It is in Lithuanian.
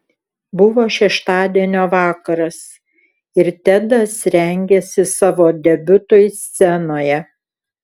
buvo šeštadienio vakaras ir tedas rengėsi savo debiutui scenoje